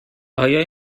آیا